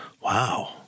Wow